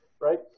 right